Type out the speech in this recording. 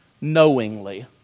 Knowingly